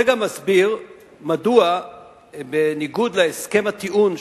זה גם מסביר מדוע בניגוד להסכם הטיעון,